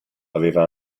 aveva